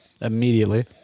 Immediately